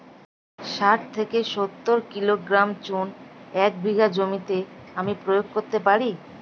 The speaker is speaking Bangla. শাঠ থেকে সত্তর কিলোগ্রাম চুন এক বিঘা জমিতে আমি প্রয়োগ করতে পারি?